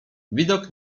widok